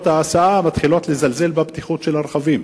ההסעה מתחילות לזלזל בבטיחות של הרכבים.